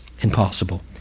impossible